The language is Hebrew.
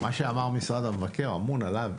מה שאמר משרד המבקר אמון עליי.